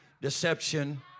deception